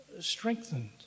strengthened